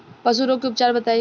पशु रोग के उपचार बताई?